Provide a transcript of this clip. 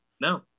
no